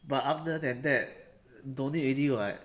but other than that don't need already [what]